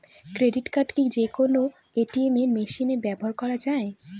Credit card কি যে কোনো এ.টি.এম মেশিনে ব্যবহার করা য়ায়?